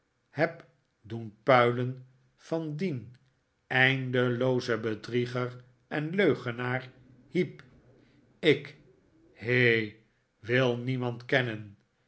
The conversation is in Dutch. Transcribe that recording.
heb doen puilen van dien eindeloozen bedrieger en leugenaar heep ik he i wil niemand kennen